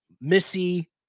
Missy